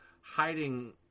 hiding